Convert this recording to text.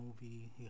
movie